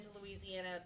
Louisiana